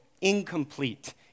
incomplete